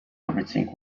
everything